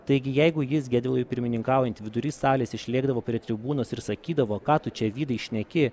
taigi jeigu jis gedvilui pirmininkaujant vidury salės išlėkdavo prie tribūnos ir sakydavo ką tu čia vydai šneki